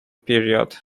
period